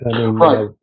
Right